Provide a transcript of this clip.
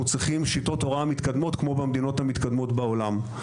צריכים שיטות הוראה מתקדמות כמו במדינות המתקדמות בעולם.